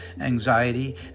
anxiety